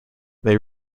they